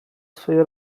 swojej